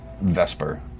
Vesper